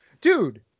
Dude